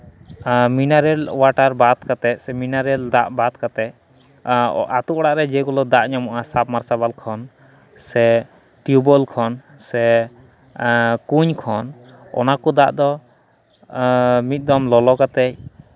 mineral water ᱵᱟᱫ ᱠᱟᱛᱮᱫ mineral ᱫᱟᱜ ᱵᱟᱫ ᱠᱟᱛᱮᱫ ᱟᱹᱛᱩ ᱚᱲᱟᱜ ᱨᱮ ᱡᱮ ᱜᱩᱞᱳ ᱫᱟᱜ ᱧᱟᱢᱚᱜᱼᱟ ᱥᱟᱵᱢᱟᱨᱥᱤᱵᱮᱞ ᱠᱷᱚᱱ ᱥᱮ ᱴᱤᱭᱩᱵᱳᱭᱮᱞ ᱠᱷᱚᱱ ᱥᱮ ᱠᱩᱧ ᱠᱷᱚᱱ ᱚᱱᱟᱠᱚ ᱫᱟᱜ ᱫᱚ ᱢᱤᱫ ᱫᱚᱢ ᱞᱚᱞᱚ ᱠᱟᱛᱮᱫ